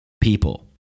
people